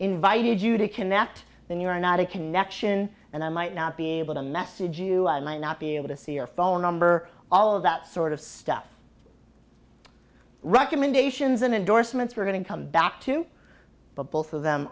invited you to connect then you are not a connection and i might not be able to message you might not be able to see your phone number all of that sort of stuff recommendations and endorsements we're going to come back to but both of them